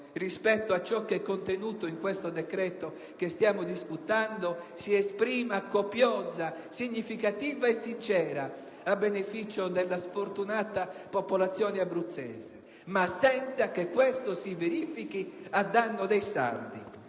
rispetto a quanto contenuto nel decreto che stiamo discutendo, si esprima copiosa, significativa e sincera a beneficio della sfortunata popolazione abruzzese, ma senza che ciò si verifichi a danno dei sardi: